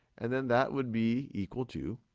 and then that would be equal to,